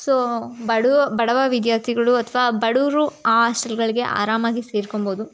so ಬಡವ ಬಡವ ವಿದ್ಯಾರ್ಥಿಗಳು ಅಥವಾ ಬಡವ್ರು ಆ ಹಾಸ್ಟೆಲ್ಗಳಿಗೆ ಆರಾಮಾಗಿ ಸೇರ್ಕೊಬೋದು